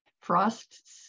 Frost